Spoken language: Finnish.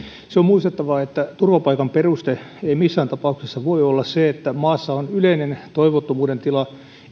se on muistettava että turvapaikan peruste ei missään tapauksessa voi olla se että maassa on yleinen toivottomuuden tila